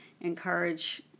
encourage